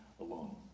alone